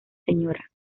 sra